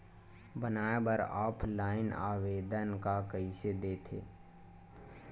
बनाये बर ऑफलाइन आवेदन का कइसे दे थे?